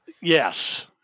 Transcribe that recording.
Yes